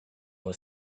was